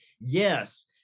Yes